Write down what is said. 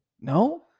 No